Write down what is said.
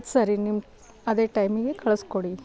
ಸರಿ ನಿಮ್ಮ ಅದೇ ಟೈಮಿಗೆ ಕಳ್ಸ್ಕೊಡಿ